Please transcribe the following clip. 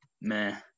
meh